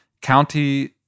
county